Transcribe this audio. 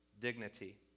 dignity